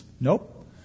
nope